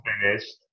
finished